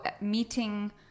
meeting